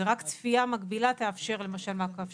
רק צפייה מקבילה תאפשר למשל מעקב שוטף.